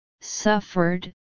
suffered